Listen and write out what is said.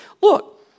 Look